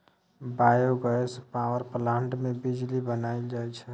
biogas power plant मे बिजली बनाएल जाई छै